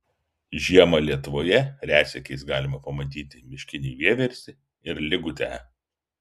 žiemą lietuvoje retsykiais galima pamatyti miškinį vieversį ir ligutę